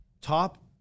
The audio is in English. Top